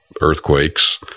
earthquakes